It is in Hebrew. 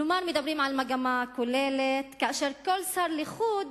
כלומר מדברים על מגמה כוללת, וכל שר לחוד